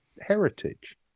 heritage